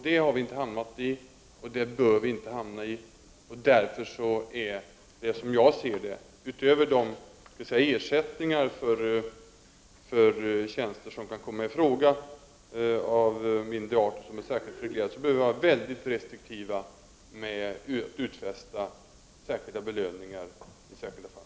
Det har vi inte hamnat i, och det bör vi inte heller hamna i. Därför bör vi, som jag ser det, utöver de ersättningar för tjänster av mindre art som kan komma i fråga, vilket är särskilt reglerat, vara mycket restriktiva med att utfästa särskilda belöningar i enskilda fall.